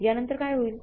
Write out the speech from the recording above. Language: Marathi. यानंन्तर काय होईल